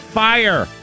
fire